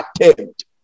attempt